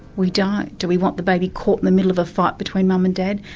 we don't. do we want the baby caught in the middle of a fight between mum and dad?